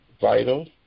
vital